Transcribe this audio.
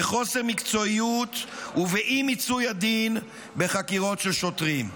בחוסר מקצועיות ובאי-מיצוי הדין בחקירות של שוטרים.